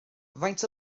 faint